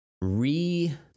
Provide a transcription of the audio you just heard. re